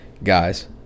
Guys